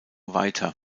weiter